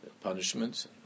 Punishments